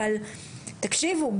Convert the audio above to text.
אבל תקשיבו,